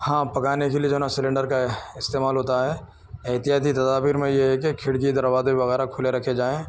ہاں پکانے کے لیے جو ہے نا سیلنڈر کا استعمال ہوتا ہے احتیاطی تدابیر میں یہ ہے کہ کھڑکی دروازے وغیرہ کھلے رکھے جائیں